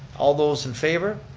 all those in favor?